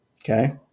okay